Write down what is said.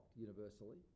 universally